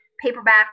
paperback